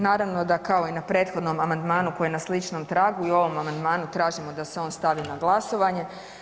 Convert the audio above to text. Naravno da kao i na prethodnom amandmanu koji je na sličnom tragu i o ovom amandmanu tražimo da se on stavi na glasovanje.